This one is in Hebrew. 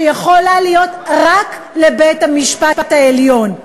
שיכולה להיות רק לבית-המשפט העליון.